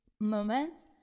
moments